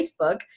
Facebook